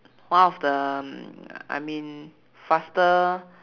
one of the um I mean faster